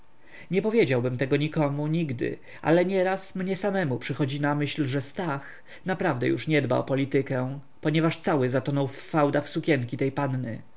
nie powiedziałbym tego nikomu nigdy ale nieraz mnie samemu przychodzi na myśl że stach naprawdę już nie dba o politykę ponieważ cały zatonął w fałdach sukienki tej panny